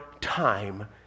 time